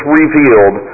revealed